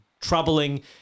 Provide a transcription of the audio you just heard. troubling